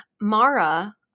Mara